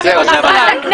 מהאולם.